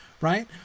right